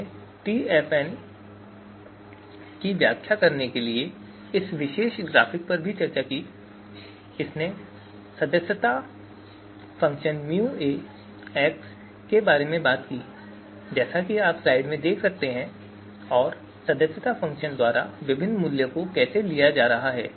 हमने टीएफएन की व्याख्या करने के लिए इस विशेष ग्राफिक पर भी चर्चा की और हमने इस सदस्यता फ़ंक्शन μA के बारे में भी बात की जैसा कि आप स्लाइड में देख सकते हैं और सदस्यता फ़ंक्शन द्वारा विभिन्न मूल्यों को कैसे लिया जा रहा है